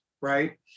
right